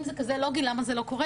אם זה כזה לוגי למה זה לא קורה,